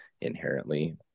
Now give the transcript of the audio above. inherently